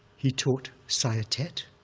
he taught saya thet.